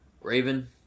Raven